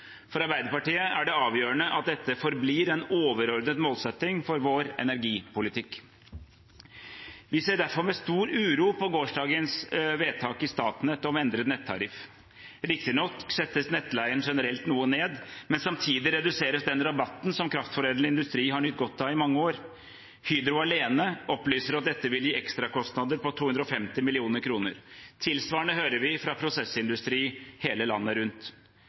for vår kraftforedlende industri. For Arbeiderpartiet er det avgjørende at dette forblir en overordnet målsetting for vår energipolitikk. Vi ser derfor med stor uro på gårsdagens vedtak i Statnett om endret nettariff. Riktignok settes nettleien generelt noe ned, men samtidig reduseres den rabatten som kraftforedlende industri har nytt godt av i mange år. Hydro alene opplyser at dette vil gi ekstrakostnader på 250 mill. kr. Tilsvarende hører vi fra prosessindustri hele landet rundt.